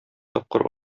тапкыр